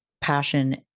passion